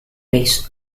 based